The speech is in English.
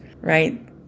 right